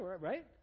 Right